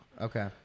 Okay